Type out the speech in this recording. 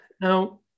Now